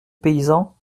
paysan